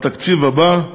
בתקציב הבא,